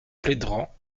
plédran